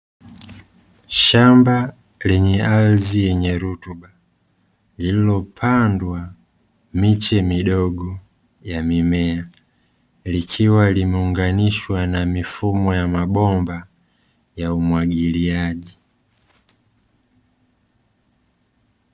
Shamba lenye ardhi yenye rutuba, lililopandwa miche midogo ya mimea likiwa limeunganishwa na mifumo ya mabomba ya umwagiliaji.